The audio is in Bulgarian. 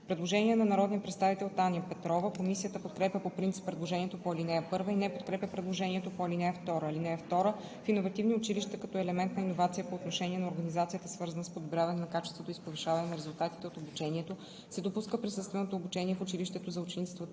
Предложение на народния представител Таня Петрова. Комисията подкрепя по принцип предложението по ал. 1 и не подкрепя предложението по ал. 2: „(2) В иновативни училища като елемент на иновация по отношение на организацията, свързана с подобряване на качеството и с повишаване на резултатите от обучението, се допуска присъственото обучение в училището за учениците